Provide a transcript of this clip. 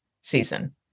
season